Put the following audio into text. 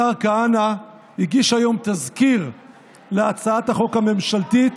השר כהנא הגיש היום תזכיר להצעת החוק הממשלתית,